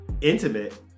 intimate